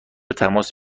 تماس